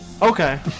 Okay